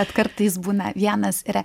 bet kartais būna vienas yra